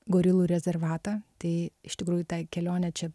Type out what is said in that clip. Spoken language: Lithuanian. gorilų rezervatą tai iš tikrųjų ta kelionė čia